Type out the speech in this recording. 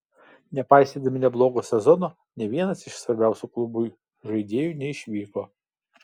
nepaisydami neblogo sezono nė vienas iš svarbiausių klubui žaidėjų neišvyko